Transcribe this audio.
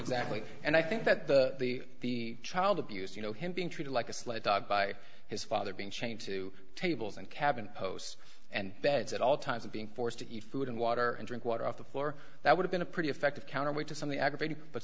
exactly and i think that the the child abuse you know him being treated like a sled dog by his father being chained to tables and cabinet posts and beds at all times of being forced to eat food and water and drink water off the floor that would've been a pretty effective counterweight to something aggravated but